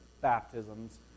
baptisms